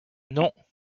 non